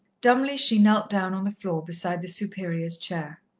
dumbly she knelt down on the floor beside the superior's chair.